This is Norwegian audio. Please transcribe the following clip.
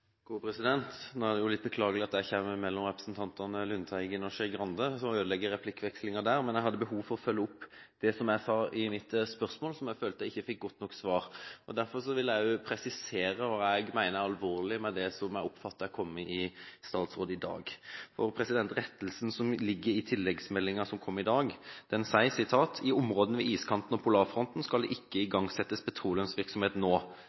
Nå er det jo litt beklagelig at jeg kommer mellom representantene Lundteigen og Skei Grande og ødelegger den replikkvekslingen. Men jeg hadde behov for å følge opp det som jeg sa i mitt spørsmål, som jeg følte jeg ikke fikk godt nok svar på. Derfor vil jeg presisere hva jeg mener er alvorlig med det som jeg oppfatter har kommet i statsråd i dag. Rettelsen som ligger i tilleggsmeldingen som kom i dag, er: «I områdene ved iskanten og polarfronten skal det ikke igangsettes petroleumsvirksomhet nå.